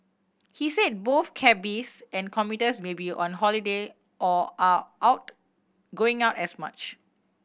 he said both cabbies and commuters may be on holiday or are out going out as much